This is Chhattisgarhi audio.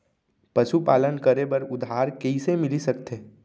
पशुपालन करे बर उधार कइसे मिलिस सकथे?